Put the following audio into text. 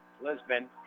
Lisbon